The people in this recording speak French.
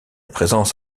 présence